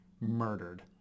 murdered